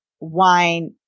wine